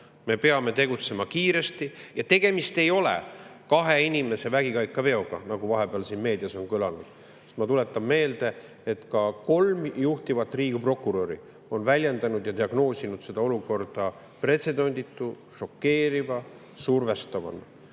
Me peame tegutsema kiiresti. Tegemist ei ole kahe inimese vägikaikaveoga, nagu vahepeal meedias on kõlanud. Ma tuletan meelde, et ka kolm juhtivat riigiprokuröri on diagnoosinud seda olukorda pretsedenditu, šokeeriva ja survestavana.